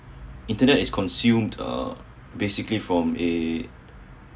internet is consumed uh basically from a